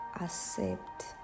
accept